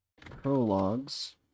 prologues